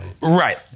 Right